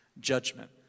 judgment